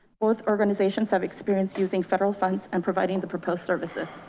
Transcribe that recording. both organizations have experienced using federal funds and providing the proposed services.